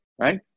right